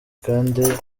kandi